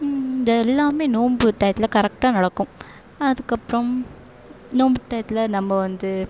இது எல்லாம் நோன்பு டையத்தில் கரெக்டாக நடக்கும் அதுக்கப்புறம் நோன்பு டையத்தில் நம்ம வந்து